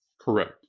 Correct